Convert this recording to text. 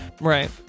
right